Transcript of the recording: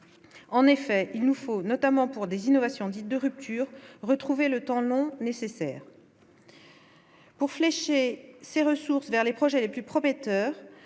en effet, il nous faut notamment pour des innovations dite de rupture, retrouvez le temps long nécessaires. Pour flécher ses ressources vers les projets les plus prometteurs,